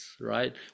right